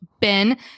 Ben